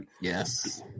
Yes